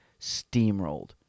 steamrolled